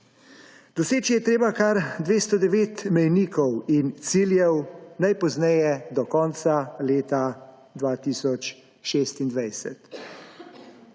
Doseči je treba kar 209 mejnikov in ciljev najpozneje do konca leta 2026.